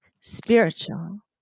spiritual